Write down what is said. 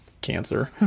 cancer